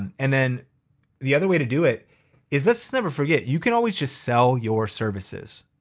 and then the other way to do it is, let's just never forget, you can always just sell your services.